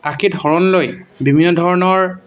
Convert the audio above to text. শৰণ লৈ বিভিন্ন ধৰণৰ